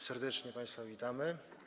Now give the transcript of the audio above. Serdecznie państwa witamy.